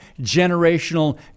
generational